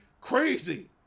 crazy